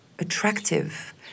attractive